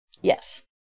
Yes